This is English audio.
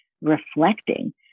reflecting